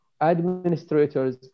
administrators